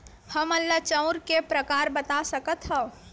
हमन ला चांउर के प्रकार बता सकत हव?